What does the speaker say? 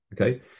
Okay